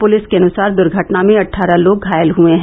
police के अनुसार दुर्घटना में अट्ठारह लोग घायल हुए हैं